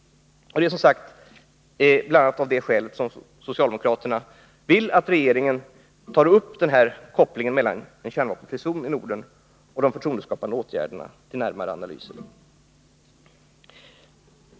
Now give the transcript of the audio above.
Det är som sagt bl.a. av det skälet som socialdemokraterna vill att regeringen skall ta upp kopplingen mellan en kärnvapenfri zon i Norden och de förtroendeskapande åtgärderna till närmare analyser.